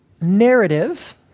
narrative